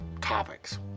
topics